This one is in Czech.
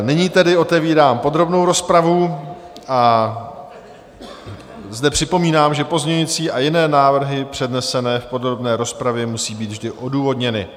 Nyní tedy otevírám podrobnou rozpravu a zde připomínám, že pozměňující a jiné návrhy přednesené v podrobné rozpravě musí být vždy odůvodněny.